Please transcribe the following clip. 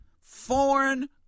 foreign